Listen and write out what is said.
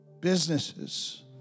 businesses